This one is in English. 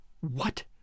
What